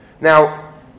Now